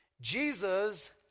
Jesus